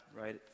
right